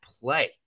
play